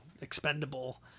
expendable